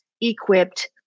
equipped